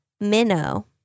Minnow